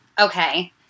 Okay